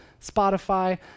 Spotify